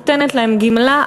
נותנת להם גמלה,